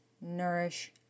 nourish